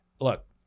look